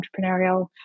entrepreneurial